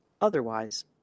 otherwise